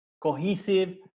cohesive